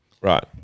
right